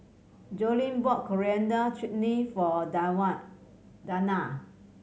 Joline bought Coriander Chutney for Dawna